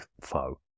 foe